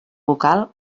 vocal